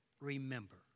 remember